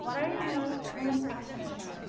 what are you more most passionate about.